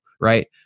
right